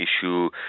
issue